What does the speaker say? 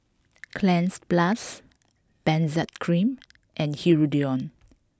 Cleanz plus Benzac cream and Hirudoid